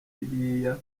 siriya